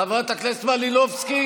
חברת הכנסת מלינובסקי,